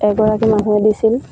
এগৰাকী মানুহে দিছিল